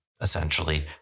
Essentially